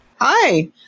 Hi